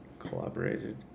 collaborated